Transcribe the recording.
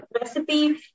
recipe